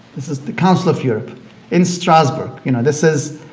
this is the council of europe in strasbourg, you know, this is,